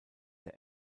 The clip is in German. der